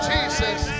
Jesus